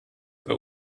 bei